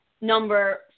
number